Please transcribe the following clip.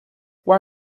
why